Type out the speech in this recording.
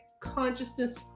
consciousness